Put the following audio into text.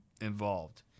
involved